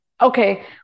Okay